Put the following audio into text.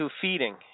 feeding